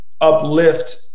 uplift